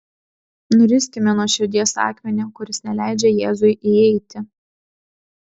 nuriskime nuo širdies akmenį kuris neleidžia jėzui įeiti